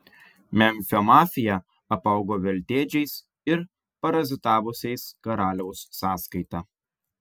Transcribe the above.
memfio mafija apaugo veltėdžiais ir parazitavusiais karaliaus sąskaita